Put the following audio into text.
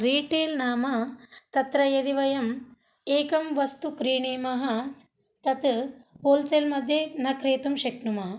retail नाम तत्र यदि वयं एकं वस्तु क्रीणीमः स् तत् होल्सेल्मध्ये न क्रेतुं शक्नुमः